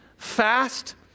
fast